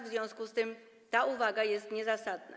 W związku z tym ta uwaga jest niezasadna.